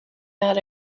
that